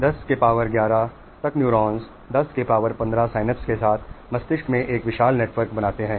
10 के पावर 11 तक न्यूरॉन्स 10 के पावर 15 सिनेप्स के साथ मस्तिष्क में एक विशाल नेटवर्क बनाते हैं